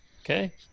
Okay